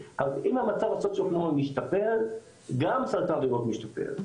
אם המצב הסוציו-אקונומי משתפר גם סרטן הריאות משתפר,